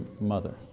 mother